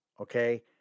Okay